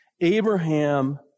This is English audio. Abraham